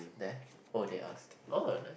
there oh they ask oh nice